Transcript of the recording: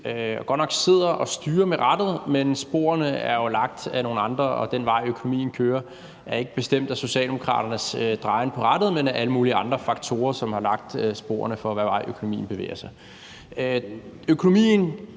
godt nok og styrer med rattet, men sporene er jo lagt af nogle andre. Den vej, økonomien kører, er ikke bestemt af socialdemokraternes drejen på rattet, men af alle mulige andre faktorer, som har lagt sporene for, hvad vej økonomien bevæger sig. Økonomien